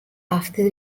after